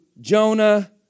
Jonah